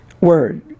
Word